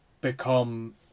become